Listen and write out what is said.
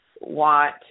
want